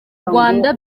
rwanda